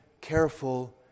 careful